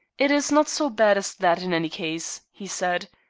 it is not so bad as that in any case, he said.